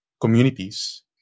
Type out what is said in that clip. communities